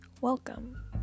Welcome